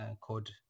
code